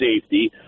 safety